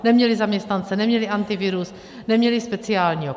Neměli zaměstnance, neměli Antivirus, neměli nic speciálního.